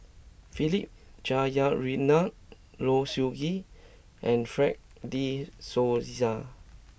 Philip Jeyaretnam Low Siew Nghee and Fred de Souza